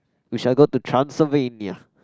we shall go to Transylvania